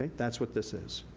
that's what this is.